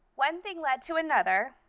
one thing led to another,